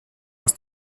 aus